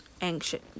anxious